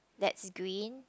that's green